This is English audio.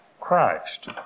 Christ